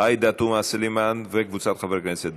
עאידה תומא סלימאן וקבוצת חברי הכנסת.